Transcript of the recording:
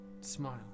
smile